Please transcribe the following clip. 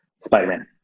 spider-man